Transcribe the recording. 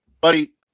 Buddy